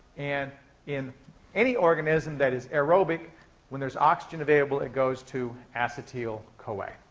and in any organism that is aerobic when there's oxygen available it goes to acetyl-coa.